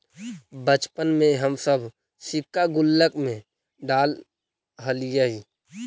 बचपन में हम सब सिक्का गुल्लक में डालऽ हलीअइ